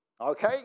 okay